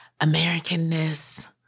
Americanness